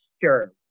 Sure